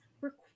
require